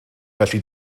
felly